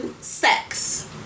sex